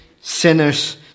sinners